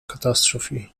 catastrophe